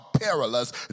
perilous